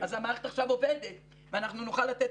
המערכת עכשיו עובדת ואנחנו נוכל לתת